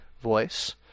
voice